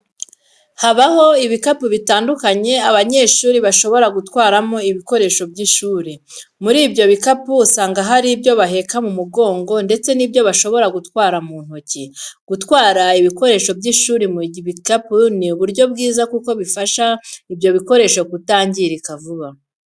Habaho ibikapu bitandukanye abanyeshuri bashobora gutwaramo ibikoresho by'ishuri, muri ibyo bikapu usanga hari ibyo baheka mu mugongo ndetse n'ibyo bashobora gutwara mu ntoki. Gutwara ibikoresho by'ishuri mu bikapu ni uburyo bwiza kuko bifasha ibyo bikoresho kutangirika vuba.